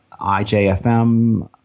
IJFM